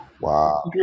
Wow